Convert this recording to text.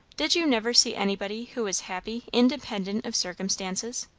did you never see anybody who was happy independent of circumstances?